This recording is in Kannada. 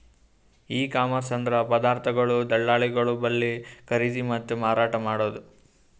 ಇ ಕಾಮರ್ಸ್ ಅಂದ್ರ ಪದಾರ್ಥಗೊಳ್ ದಳ್ಳಾಳಿಗೊಳ್ ಬಲ್ಲಿ ಖರೀದಿ ಮತ್ತ್ ಮಾರಾಟ್ ಮಾಡದು